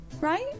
Right